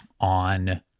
on